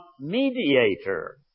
mediator